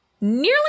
nearly